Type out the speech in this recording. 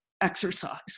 exercise